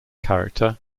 character